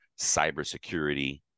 cybersecurity